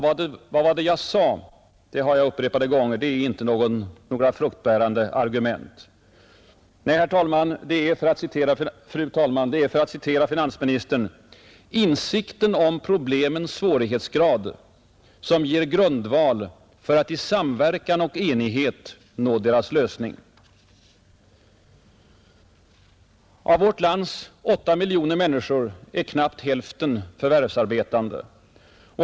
”Vad var det vi sa” är — det har jag upprepade gånger hävdat — inte något fruktbärande argument. Nej, det är — för att åter citera finansministern — ”insikten om problemens svårighetsgrad” som ger en grundval ”för att i samverkan och enighet nå deras lösning”. Av vårt lands åtta miljoner människor är knappt hälften förvärvsarbetande.